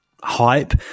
hype